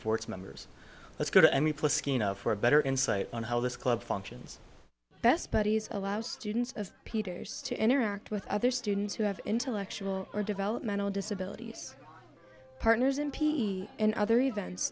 for its members let's go to for a better insight on how this club functions best buddies allow students of peters to interact with other students who have intellectual or developmental disabilities partners in peace and other events